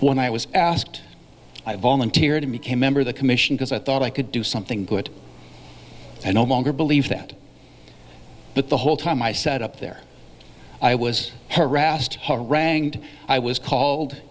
when i was asked i volunteered to make a member of the commission because i thought i could do something good and all longer believe that but the whole time i sat up there i was harassed harangued i was called